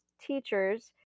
teachers